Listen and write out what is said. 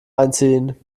einziehen